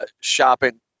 shopping